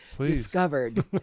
discovered